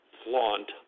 flaunt